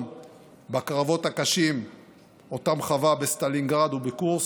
בקרבות הקשים שאותם חווה בסטלינגרד ובקורסק.